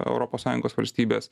europos sąjungos valstybės